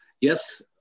Yes